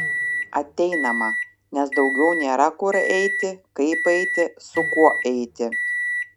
ateinama nes daugiau nėra kur eiti kaip eiti su kuo eiti